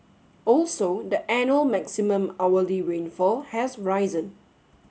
also the annual maximum hourly rainfall has risen